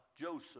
Joseph